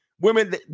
Women